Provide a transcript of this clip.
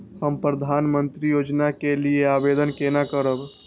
हम प्रधानमंत्री योजना के लिये आवेदन केना करब?